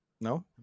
No